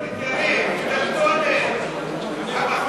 מחלקה קטנטונת, יריב.